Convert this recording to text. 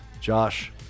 Josh